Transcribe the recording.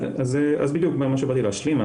אז בדיוק באתי להשלים.